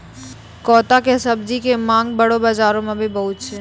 कैता के सब्जी के मांग बड़ो बाजार मॅ भी बहुत छै